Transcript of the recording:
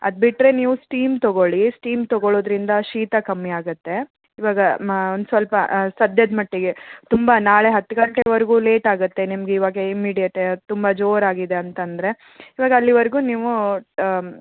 ಅದ್ಬಿಟ್ರೆ ನೀವು ಸ್ಟಿಮ್ ತಗೊಳ್ಳಿ ಸ್ಟಿಮ್ ತಗೊಳ್ಳೋದ್ರಿಂದ ಶೀತ ಕಮ್ಮಿ ಆಗುತ್ತೆ ಇವಾಗ ಒಂದು ಸ್ವಲ್ಪ ಸದ್ಯದ ಮಟ್ಟಿಗೆ ತುಂಬ ನಾಳೆ ಹತ್ತು ಗಂಟೆವರೆಗೂ ಲೇಟಾಗುತ್ತೆ ನಿಮಗೆ ಇವಾಗೆ ಇಮಿಡೆಟ್ ತುಂಬ ಜೋರಾಗಿದೆ ಅಂತ ಅಂದ್ರೆ ಇವಾಗ ಅಲ್ಲಿವರೆಗು ನೀವು